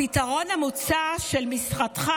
הפתרון המוצע של משרדך